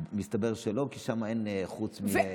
מסתבר שלא, כי שם אין, חוץ מקנסות.